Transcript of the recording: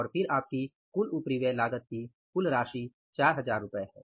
और फिर आपकी कुल उपरिव्यय लागत की कुल राशि 4000 रु है